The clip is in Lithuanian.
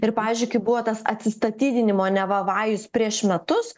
ir pavyzdžiui kai buvo tas atsistatydinimo neva vajus prieš metus